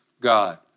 God